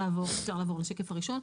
רשות התחרות).